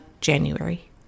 January